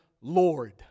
Lord